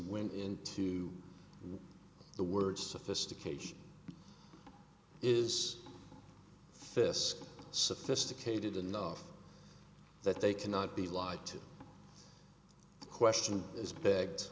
went into the word sophistication is fisk sophisticated enough that they cannot be lied to the question is b